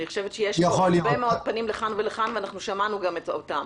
אני חושבת שיש הרבה מאוד פנים לכאן ולכאן ואנחנו גם שמענו אותם.